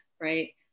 right